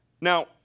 Now